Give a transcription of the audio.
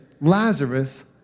Lazarus